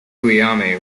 guillaume